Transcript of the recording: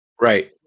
Right